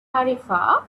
tarifa